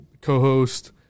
co-host